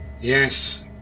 Yes